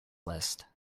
list